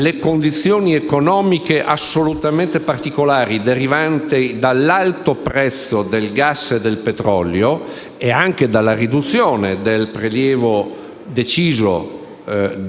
così come è appropriata la sollecitazione a tutte le parti in causa affinché, ciascuna per quanto le compete,